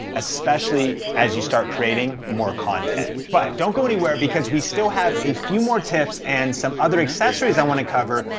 especially as you start creating more content. but, don't go anywhere, because we still have a few more tips and some other accessories i wanna cover,